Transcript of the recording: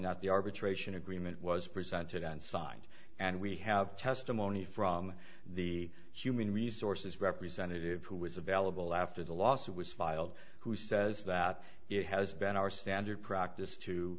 that the arbitration agreement was presented and signed and we have testimony from the human resources representative who was available after the lawsuit was filed who says that it has been our standard practice to